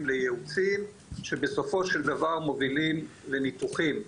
לייעוצים שבסופו של דבר מובילים לניתוחים,